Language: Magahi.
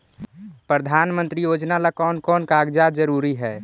प्रधानमंत्री योजना ला कोन कोन कागजात जरूरी है?